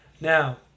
Now